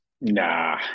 Nah